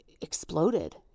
exploded